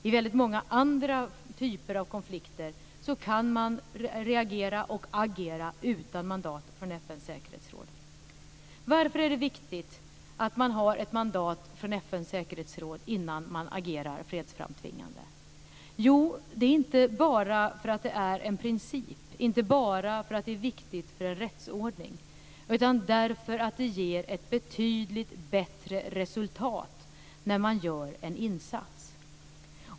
I väldigt många andra typer av konflikter kan man reagera och agera utan mandat från FN:s säkerhetsråd. Varför är det viktigt att man har ett mandat från FN:s säkerhetsråd innan man agerar fredsframtvingande? Det är inte bara därför att det är en princip, inte bara därför att det är viktigt för en rättsordning, utan därför att det ger ett betydligt bättre resultat när man gör en insats.